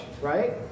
right